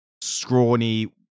scrawny